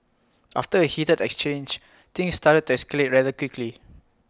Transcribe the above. after A heated exchange things started to escalate rather quickly